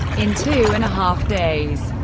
in two and a half days,